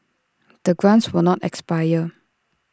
the grants will not expire